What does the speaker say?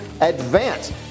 advance